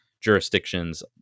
jurisdictions